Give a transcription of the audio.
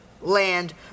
land